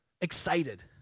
excited